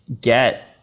get